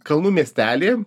kalnų miestelį